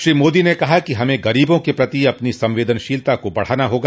श्री मोदी ने कहा कि हमें गरीबों के प्रति अपनी संवेदनशीलता को बढ़ाना होगा